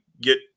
get